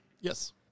Yes